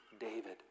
David